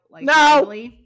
No